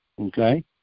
okay